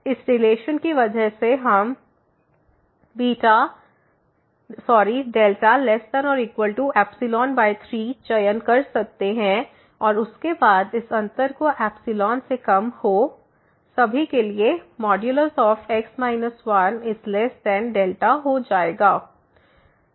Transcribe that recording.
इस रिलेशन की वजह से हम इस δ≤3 चयन कर सकते हैं और उसके बाद इस अंतर को से कम हो सभी के लिए x 1δ हो जाएगा